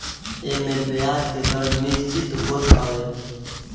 एमे बियाज के दर निश्चित होत हवे